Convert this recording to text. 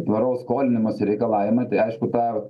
tvaraus skolinimosi reikalavimai tai aišku ta